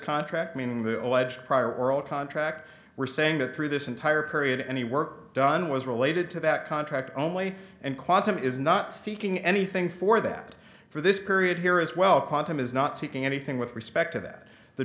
contract meaning the alleged prior or all contract we're saying that through this entire period any work done was related to that contract only and quantum is not seeking anything for that for this period here as well quantum is not seeking anything with respect to that the